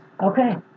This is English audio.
Okay